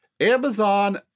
Amazon